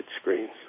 screens